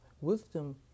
Wisdom